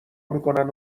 میکنن